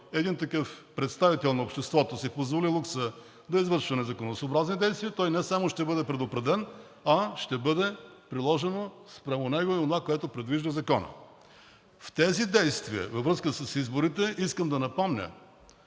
един такъв представител на обществото си позволи лукса да извършва незаконосъобразни действия, той не само ще бъде предупреден, а ще бъде приложено спрямо него и онова, което предвижда Законът. В тези действия – във връзка с изборите, искам да напомня,